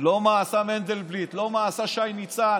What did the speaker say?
לא מה עשה מנדלבליט, לא מה עשה שי ניצן.